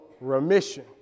remission